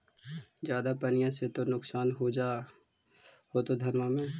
ज्यादा पनिया से तो नुक्सान हो जा होतो धनमा में?